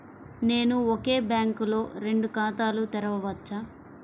నేను ఒకే బ్యాంకులో రెండు ఖాతాలు తెరవవచ్చా?